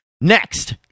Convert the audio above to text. next